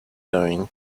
going